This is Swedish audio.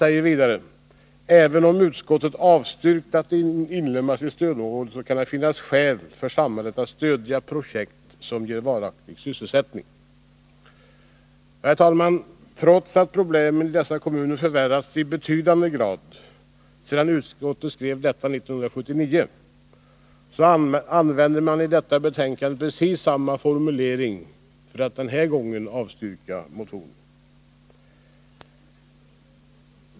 Även om utskottet har avstyrkt att de inlemmas i stödområdet kan det finnas skäl för samhället att stödja projekt som ger varaktig sysselsättning.” Herr talman! Trots att problemen i dessa kommuner förvärrats i betydande grad sedan utskottet skrev detta 1979, använder man i detta betänkande samma formulering för att avstyrka motionen.